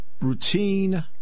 Routine